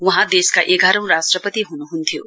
वहाँ देशका एघारौं राष्ट्रपति हुनु हुन्थ्यो